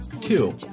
Two